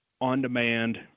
on-demand